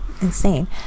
insane